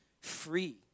free